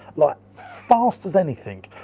like, fast as anything.